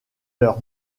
leur